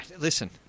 listen